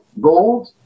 gold